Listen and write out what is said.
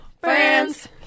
friends